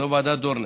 ועדת דורנר,